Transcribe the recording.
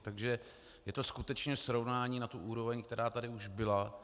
Takže je to skutečně srovnání na tu úroveň, která tady už byla.